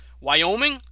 Wyoming